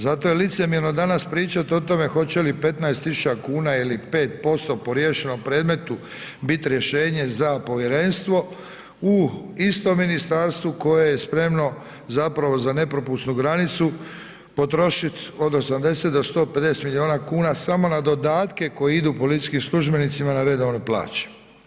Zato je licemjerno danas pričati o tome hoće li 15 000 kuna ili 5% po riješenom predmetu biti rješenje za povjerenstvo u istom ministarstvu koje je spremno zapravo za nepropusnu granicu potrošit od 80 do 150 milijuna kuna samo na dodatke koji idu policijskim službenicima na redovne plaće.